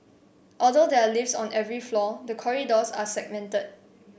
although there are lifts on every floor the corridors are segmented